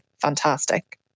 fantastic